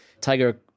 Tiger